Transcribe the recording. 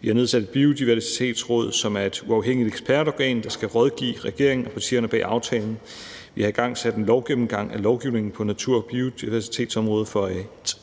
Vi har nedsat et Biodiversitetsråd, som er et uafhængigt ekspertorgan, der skal rådgive regeringen og partierne bag aftalen. Vi har igangsat en lovgennemgang af lovgivningen på natur- og biodiversitetsområdet for at